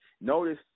Notice